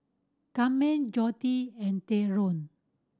Camden Joette and Theadore